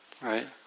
Right